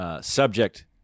Subject